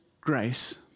grace